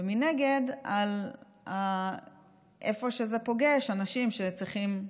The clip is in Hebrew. ומנגד על איפה שזה פוגש אנשים שצריכים,